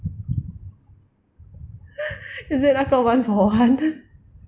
is it 那个 one for one